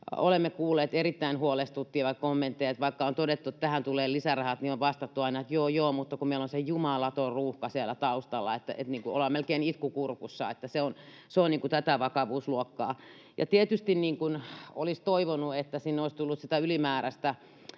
olemme kuulleet erittäin huolestuttavia kommentteja. Vaikka on todettu, että tähän tulee lisärahat, niin on vastattu aina, että joo joo, mutta kun meillä on se jumalaton ruuhka siellä taustalla — ollaan melkein itku kurkussa. Se on tätä vakavuusluokkaa. Ja tietysti olisi toivonut, että sinne olisi tullut sitä ylimääräistä